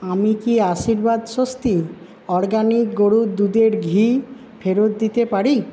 আমি কি আশীর্বাদ স্বস্তি অরগ্যানিক গরুর দুধের ঘি ফেরত দিতে পারি